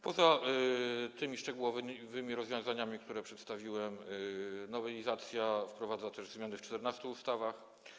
Poza tymi szczegółowymi rozwiązaniami, które przedstawiłem, nowelizacja wprowadza też zmiany w 14 ustawach.